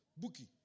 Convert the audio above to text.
Buki